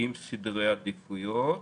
עם סדרי עדיפויות